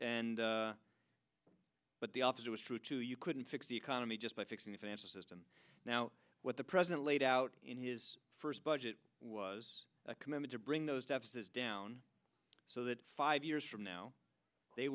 and but the opposite was true too you couldn't fix the economy just by fixing the financial system now what the president laid out in his first budget was a commitment to bring those deficits down so that five years from now they